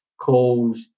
calls